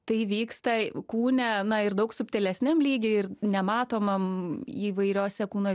tai įvyksta kūne na ir daug subtilesniam lygy ir nematomam įvairiose kūno